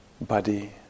body